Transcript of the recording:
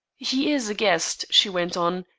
he is a guest, she went on,